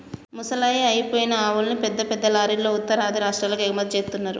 ముసలయ్యి అయిపోయిన ఆవుల్ని పెద్ద పెద్ద లారీలల్లో ఉత్తరాది రాష్టాలకు ఎగుమతి జేత్తన్నరు